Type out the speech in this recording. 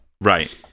Right